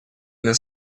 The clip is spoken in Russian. для